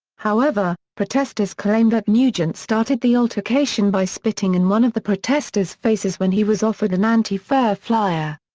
however, protesters claim that nugent started the altercation by spitting in one of the protester's faces when he was offered an anti-fur flyer.